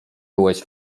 byłeś